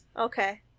Okay